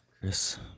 Chris